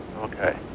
Okay